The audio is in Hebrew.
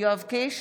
נוכח